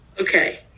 Okay